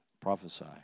prophesy